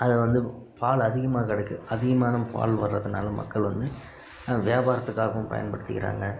அது வந்து பால் அதிகமாக கிடைக்குது அதிகமான பால் வரதனால் மக்கள் வந்து வியாபாரத்துக்காகவும் பயன்படுத்திக்கிறாங்க